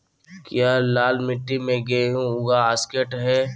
क्या लाल मिट्टी में गेंहु उगा स्केट है?